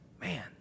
man